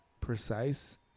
precise